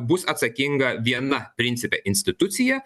bus atsakinga viena principe institucija